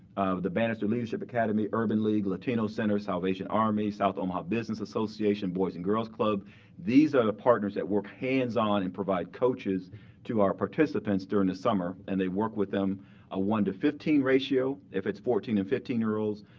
the bannister leadership academy, urban league, latino center, salvation army, south omaha business association, boys and girls club these are the partners that work hands on and provide coaches to our participants during the summer. and they work with them a one to fifteen ratio if it's fourteen and fifteen year olds,